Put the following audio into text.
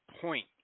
point